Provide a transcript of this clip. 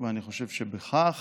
ואני חושב שבכך